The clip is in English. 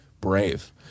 brave